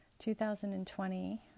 2020